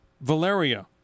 Valeria